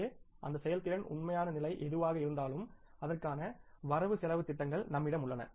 எனவே அந்த செயல்திறன் உண்மையான நிலை எதுவாக இருந்தாலும் அதற்கான வரவு செலவுத் திட்டங்கள் நம்மிடம் உள்ளன